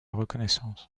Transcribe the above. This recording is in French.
reconnaissance